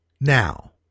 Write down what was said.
now